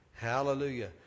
Hallelujah